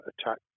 attack